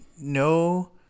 no